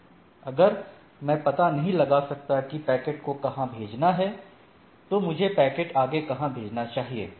अगर मैं पता नहीं लगा सकता कि पैकेट को कहां भेजना है तो मुझे पैकेट आगे कहां भेजना चाहिए